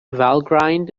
valgrind